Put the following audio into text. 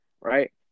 right